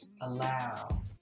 allow